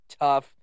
tough